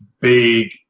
big